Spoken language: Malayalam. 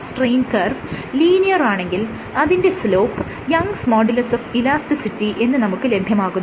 സ്ട്രെയിൻ കർവ് ലീനിയറാണെങ്കിൽ അതിന്റെ slope Young's modulus of elasticity Young's Modulus of Elasticity എന്ന് നമുക്ക് ലഭ്യമാകുന്നു